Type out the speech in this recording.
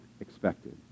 expected